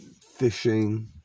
fishing